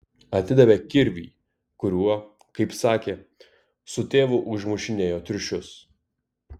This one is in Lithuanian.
atidavė kirvį kuriuo kaip sakė su tėvu užmušinėjo triušius